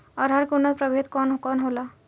अरहर के उन्नत प्रभेद कौन कौनहोला?